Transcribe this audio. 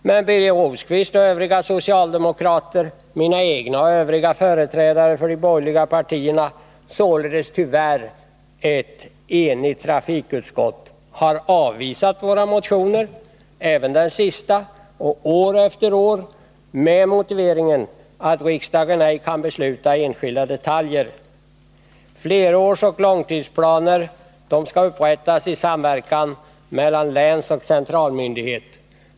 Men Birger Rosqvist och övriga socialdemokrater, mina egna partikamrater och övriga företrädare för de borgerliga partierna, således tyvärr ett enigt trafikutskott, har avvisat våra motioner år efter år med motiveringen att riksdagen ej kan besluta i enskilda detaljer. Flerårsoch långtidsplaner skall upprättas i samverkan mellan länsoch centralmyndighet.